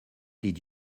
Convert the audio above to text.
did